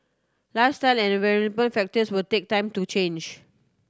lifestyle and environment factors will take time to change